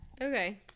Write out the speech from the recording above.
okay